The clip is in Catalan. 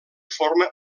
forma